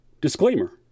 disclaimer